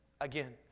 again